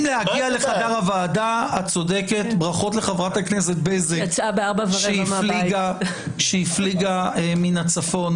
ברכות לחברת הכנסת בזק שהפליגה מהצפון.